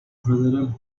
federal